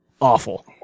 awful